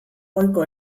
goiko